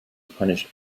punish